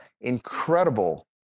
incredible